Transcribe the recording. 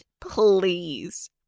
please